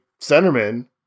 centerman